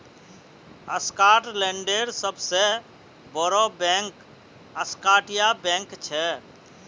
स्कॉटलैंडेर सबसे बोड़ो बैंक स्कॉटिया बैंक छे